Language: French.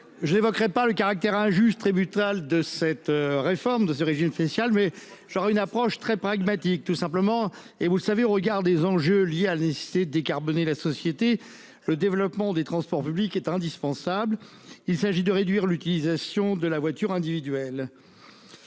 Je n'évoquerai pas le caractère injuste et brutal de la suppression de ce régime spécial : je privilégierai une approche très pragmatique. Comme chacun sait, au regard des enjeux liés à la nécessité de décarboner notre société, le développement des transports publics est indispensable. Il s'agit de réduire l'utilisation de la voiture individuelle.